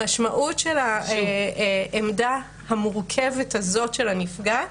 המשמעות של העמדה המורכבת הזאת של הנפגעת,